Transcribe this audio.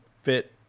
fit